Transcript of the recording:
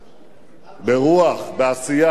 ברוח, בעשייה.